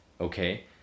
okay